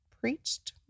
preached